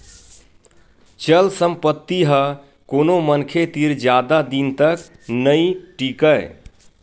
चल संपत्ति ह कोनो मनखे तीर जादा दिन तक नइ टीकय